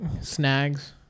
snags